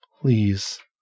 please